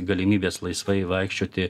galimybės laisvai vaikščioti